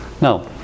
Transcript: Now